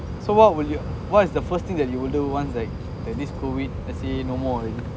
so what will you what is the first thing that you will do once like like this C_O_V_I_D let's say no more already